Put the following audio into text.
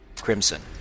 crimson